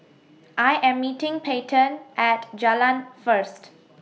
I Am meeting Peyton At Jalan First